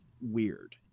weird